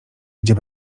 gdzie